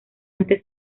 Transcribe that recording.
fuente